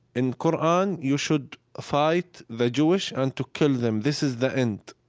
in qur'an, you should fight the jewish and to kill them. this is the end.